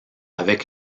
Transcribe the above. avec